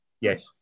yes